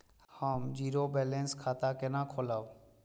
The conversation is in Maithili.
हम जीरो बैलेंस खाता केना खोलाब?